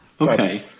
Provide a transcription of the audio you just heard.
Okay